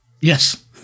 Yes